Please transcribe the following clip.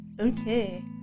Okay